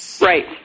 Right